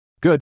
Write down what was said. Good